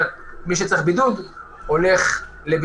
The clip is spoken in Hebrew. זה כל מי שמותר לו לצאת יכול לעלות לטיסה.